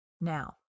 now